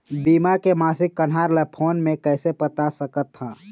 बीमा के मासिक कन्हार ला फ़ोन मे कइसे पता सकत ह?